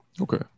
okay